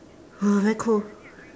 very cold